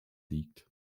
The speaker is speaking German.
liegt